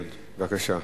כן, בבקשה.